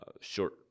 short